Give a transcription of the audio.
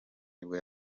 nibwo